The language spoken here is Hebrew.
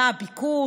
מה הביקוש,